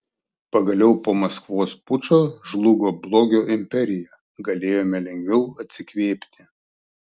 pagaliau po maskvos pučo žlugo blogio imperija galėjome lengviau atsikvėpti